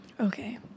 okay